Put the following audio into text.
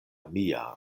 mia